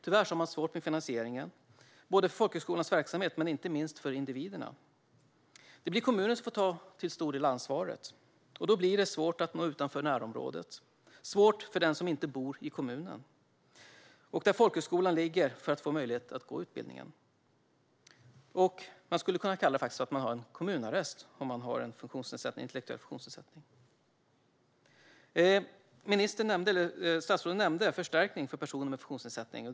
Tyvärr har man svårt med finansieringen, vilket är tråkigt både för folkhögskolans verksamhet och inte minst för individerna. Det blir kommunen som får ta en stor del av ansvaret, och då blir det svårt att nå utanför närområdet och svårt för den som inte bor i kommunen där folkhögskolan ligger att få möjlighet att gå utbildningen. Man skulle kunna kalla det för kommunarrest för den som har en intellektuell funktionsnedsättning. Statsrådet nämnde förstärkning för personer med funktionsnedsättning.